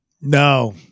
No